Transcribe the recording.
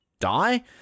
Die